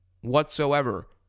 whatsoever